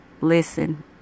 Listen